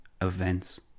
events